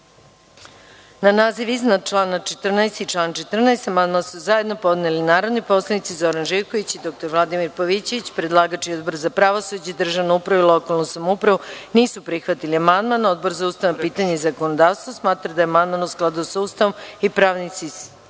Na naziv iznad člana 14. i član 14 amandman su zajedno podneli narodni poslanici Zoran Živković i dr Vladimir Pavićević. Predlagač i Odbor za pravosuđe državnu upravu i lokalnu samoupravu nisu prihvatili amandman. Odbor za ustavno pitanje i zakonodavstvo smatra da amandman u skladu sa Ustavom i pravnim